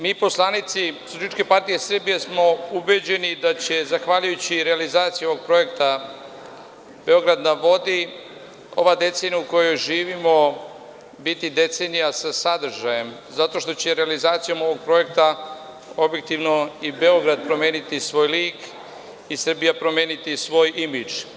Mi poslanici SPS smo ubeđeni da će zahvaljujući realizaciji ovog projekta „Beograd na vodi“, ova decenija u kojoj živimo biti decenija sa sadržajem, zato što će realizacijom ovog projekta objektivno i Beograd promeniti svoj lik i Srbija promeniti svoj imidž.